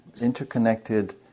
interconnected